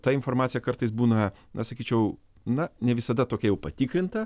ta informacija kartais būna na sakyčiau na ne visada tokia jau patikrinta